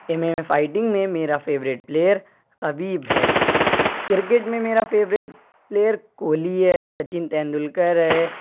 M M A fighting میں میرا favourite player Khabib ہے کرکٹ میں میرا فیوریٹ پلیئر کوہلی ہے سچن تیندولکر ہے